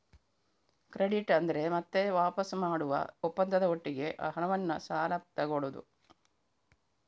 credit ಅಂದ್ರೆ ಮತ್ತೆ ವಾಪಸು ಮಾಡುವ ಒಪ್ಪಂದದ ಒಟ್ಟಿಗೆ ಹಣವನ್ನ ಸಾಲ ತಗೊಳ್ಳುದು